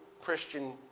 Christian